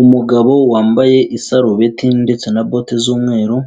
Umugabo wambaye isarubeti ndetse na bote z'umweru,